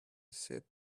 said